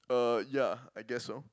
uh ya I guess so